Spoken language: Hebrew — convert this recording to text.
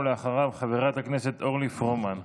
אחריו, חברת הכנסת אורלי פרומן.